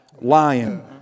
lion